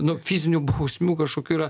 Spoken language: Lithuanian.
nuo fizinių bausmių kažkokių yra